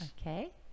Okay